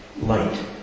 light